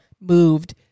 moved